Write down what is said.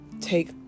take